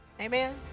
Amen